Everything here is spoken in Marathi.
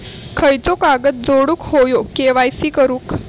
खयचो कागद जोडुक होयो के.वाय.सी करूक?